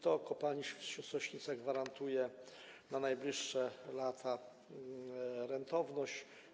To kopalni Sośnica gwarantuje na najbliższe lata rentowność.